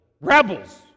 Rebels